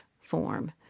form